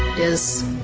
is